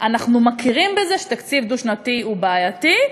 אנחנו מכירים בזה שתקציב דו-שנתי הוא בעייתי,